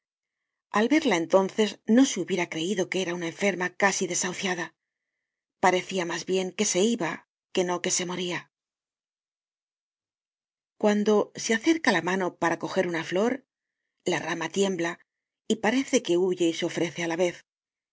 al verla entonces no se hubiera creido que era una enferma casi desahuciada parecía mas bien que se iba que no que se moria cuando se acerca la mano para coger una flor la rama tiembla y parece que huye y se ofrece á la vez el